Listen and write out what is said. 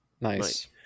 nice